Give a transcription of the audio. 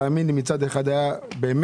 תאמין לי, מצד אחד היה באמת